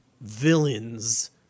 villains